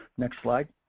next slide.